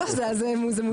זה מוזר.